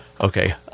Okay